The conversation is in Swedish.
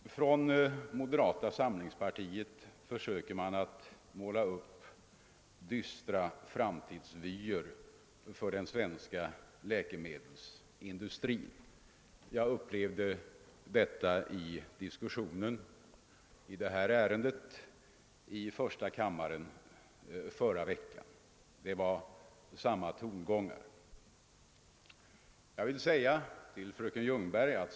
Man målar från moderata samlingspartiet upp dystra framtidsvyer för den svenska läkemedelsindustrin. Det upplevde jag under diskussionen i detta ärende i första kammaren förra veckan, då tongångarna var desamma som nu.